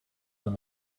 when